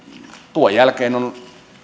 tuon jälkeen on